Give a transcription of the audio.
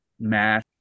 math